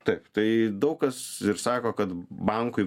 taip tai daug kas ir sako kad bankui